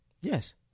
Yes